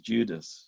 Judas